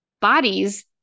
bodies